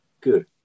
good